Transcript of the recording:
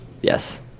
Yes